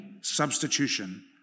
substitution